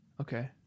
Okay